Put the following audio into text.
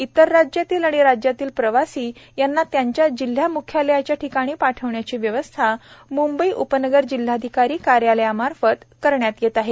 इतर जिल्ह्यातील व राज्यातील प्रवासी यांना त्यांच्या जिल्हा मुख्यालयाच्या ठिकाणी पाठवण्याची व्यवस्था मुंबई उपनगर जिल्हाधिकारी कार्यालयामार्फत करण्यात येत आहे